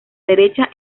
derecha